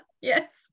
yes